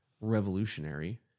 revolutionary